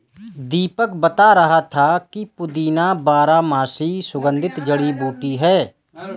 दीपक बता रहा था कि पुदीना बारहमासी सुगंधित जड़ी बूटी है